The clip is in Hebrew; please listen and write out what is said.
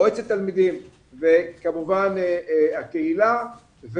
מועצת תלמידים וכמובן הקהילה.